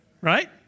right